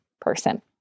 person